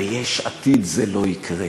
ביש עתיד זה לא יקרה.